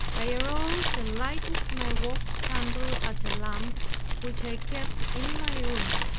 i arose and lighted my wax candle at a lamp which i kept in my room,